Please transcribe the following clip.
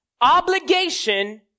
obligation